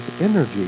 energy